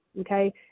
okay